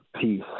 peace